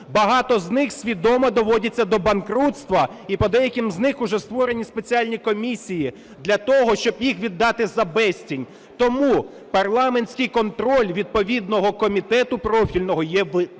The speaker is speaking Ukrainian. Багато з них свідомо доводяться до банкрутства і по деяким з них уже створені спеціальні комісії для того, щоб їх віддати за безцінь. Тому парламентський контроль відповідного комітету профільного є виключним.